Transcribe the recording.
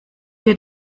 wir